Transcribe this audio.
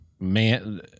man